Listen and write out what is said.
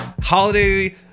holiday